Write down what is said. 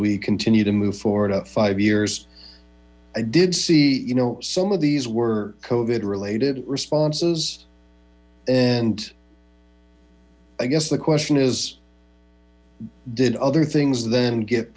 we continue to move forward five years i did see you know some of these were covered related responses and i guess the question is did other things then get